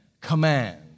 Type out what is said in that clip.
command